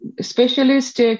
specialist